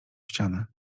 ścianę